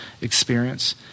experience